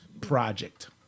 project